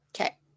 Okay